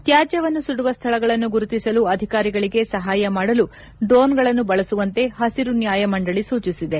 ತ್ನಾಜ್ಞವನ್ನು ಸುಡುವ ಸ್ವಳಗಳನ್ನು ಗುರುತಿಸಲು ಅಧಿಕಾರಿಗಳಿಗೆ ಸಹಾಯ ಮಾಡಲು ಡ್ರೋಣ್ಗಳನ್ನು ಬಳಸುವಂತೆ ಹಬಿರು ನ್ವಾಯಮಂಡಳಿ ಸೂಚಿಸಿದೆ